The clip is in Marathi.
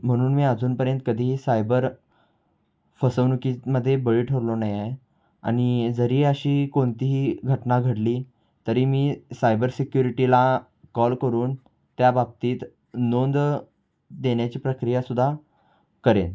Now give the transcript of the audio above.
म्हणून मी अजूनपर्यंत कधीही सायबर फसवणुकीमध्ये बळी ठरलो नाही आहे आणि जरी अशी कोणतीही घटना घडली तरी मी सायबर सिक्युरिटीला कॉल करून त्याबाबतीत नोंद देण्याची प्रक्रिया सुद्धा करेन